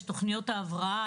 תוכניות ההבראה.